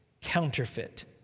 counterfeit